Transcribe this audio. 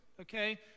Okay